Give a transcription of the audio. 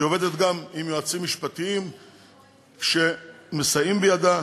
היא עובדת גם עם יועצים משפטיים שמסייעים בידה.